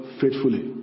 faithfully